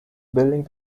building